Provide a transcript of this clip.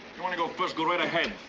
you want to go first, go right ahead,